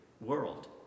world